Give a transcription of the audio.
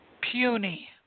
Puny